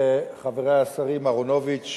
חברי השרים אהרונוביץ,